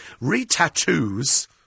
Re-tattoos